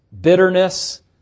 bitterness